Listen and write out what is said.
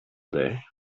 day